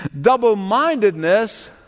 Double-mindedness